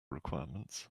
requirements